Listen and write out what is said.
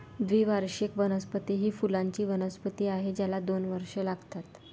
द्विवार्षिक वनस्पती ही फुलांची वनस्पती आहे ज्याला दोन वर्षे लागतात